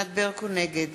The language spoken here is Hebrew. נגד